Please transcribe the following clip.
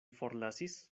forlasis